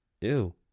Ew